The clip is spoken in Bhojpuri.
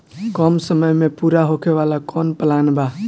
कम समय में पूरा होखे वाला कवन प्लान बा?